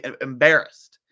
embarrassed